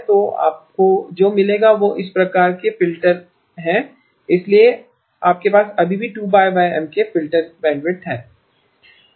तो आपको जो मिलेगा वह इस प्रकार के फ़िल्टर हैं इसलिए आपके पास अभी भी 2πM की बैंडविड्थ है